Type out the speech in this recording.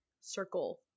circle